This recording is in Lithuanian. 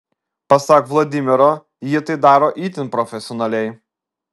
pasak vladimiro ji tai daro itin profesionaliai